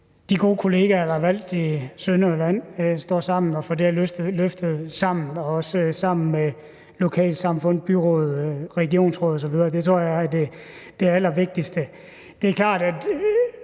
de gode kollegaer, der er valgt i Sønderjylland, står sammen og får det her løftet, også sammen med lokalsamfund, byråd, regionsråd osv. Det tror jeg er det allervigtigste.